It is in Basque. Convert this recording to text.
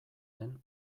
den